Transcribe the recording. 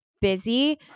busy